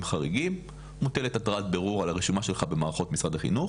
חריגים מוטלת התרעת בירור על הרשימה שלך במערכות משרד החינוך.